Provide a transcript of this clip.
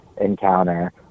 encounter